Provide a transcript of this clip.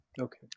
Okay